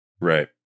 Right